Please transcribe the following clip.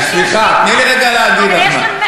סליחה, תני לי רגע להגיד לך משהו.